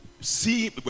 see